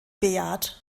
bejaht